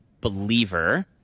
believer